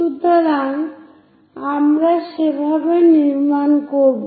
সুতরাং আমরা সেভাবে নির্মাণ করব